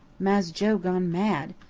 mass joe gone mad.